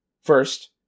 first